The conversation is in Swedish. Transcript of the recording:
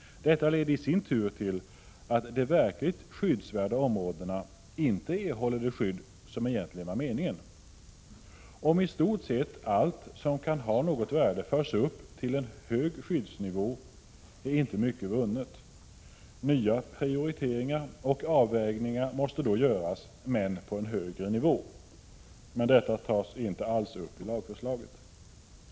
Detta leder i sin tur till att de verkligt skyddsvärda områdena inte erhåller det skydd som egentligen var meningen. Om i stort sett allt som kan ha något värde förs upp till en hög skyddsnivå är inte mycket vunnet. Nya prioriteringar och avvägningar måste då göras, men på en högre nivå. Men detta tas inte alls upp i lagförslaget.